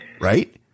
right